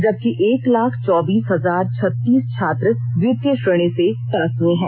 जबकि एक लाख चौबीस हजार छत्तीस छात्र द्वितीय श्रेणी से पास हुए हैं